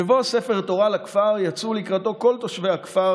בבוא ספר התורה לכפר יצאו לקראתו כל תושבי הכפר